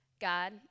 God